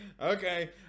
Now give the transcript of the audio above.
okay